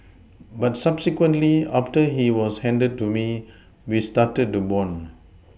but subsequently after he was handed to me we started to bond